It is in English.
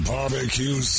Barbecue